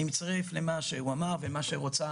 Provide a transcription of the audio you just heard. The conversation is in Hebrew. אני מצטרף למה שהוא אמר ומה שרוצה,